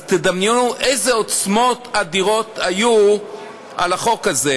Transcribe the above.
אז תדמיינו איזו עוצמות אדירות היו על החוק הזה,